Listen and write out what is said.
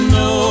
no